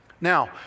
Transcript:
Now